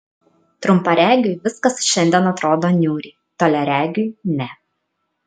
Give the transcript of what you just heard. trumparegiui viskas šiandien atrodo niūriai toliaregiui ne